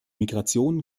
migration